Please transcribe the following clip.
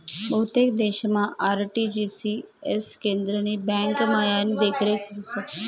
बहुतेक देशमा आर.टी.जी.एस केंद्रनी ब्यांकमाईन देखरेख व्हस